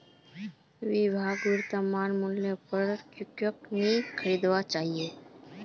विभाक वर्तमान मूल्येर पर क्रिप्टो नी खरीदना चाहिए